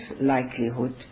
likelihood